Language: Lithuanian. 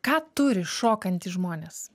ką turi šokantys žmonės